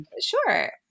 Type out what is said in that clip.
Sure